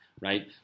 right